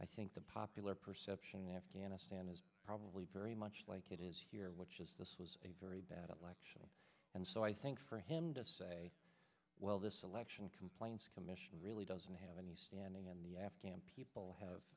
i think the popular perception in afghanistan is probably very much like it is here which is this was a very bad lection and so i think for him to say well this election complaints commission really doesn't have any standing in the afghan people have